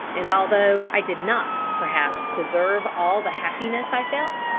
and although i did not, perhaps, deserve all the happiness i felt,